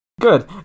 Good